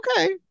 okay